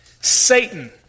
Satan